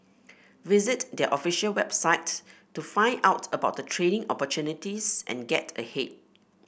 visit their official website to find out about the training opportunities and get ahead